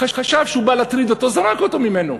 חשב שהוא בא להטריד אותו, זרק אותו ממנו.